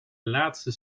laatste